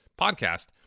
podcast